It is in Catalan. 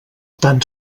tant